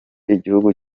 igihugu